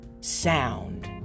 sound